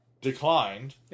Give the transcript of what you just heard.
declined